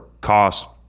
cost